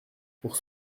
pour